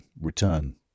return